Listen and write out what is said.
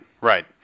right